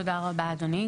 תודה רבה אדוני.